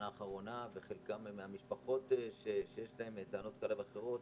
חלקם ממשפחות שיש להן טענות כאלה ואחרות.